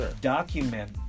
document